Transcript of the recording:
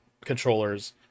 controllers